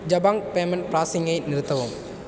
Jabong payment ப்ராஸஸிங்கை நிறுத்தவும்